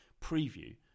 preview